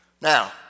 Now